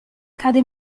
cade